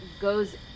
Goes